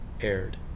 aired